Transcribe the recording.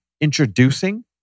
introducing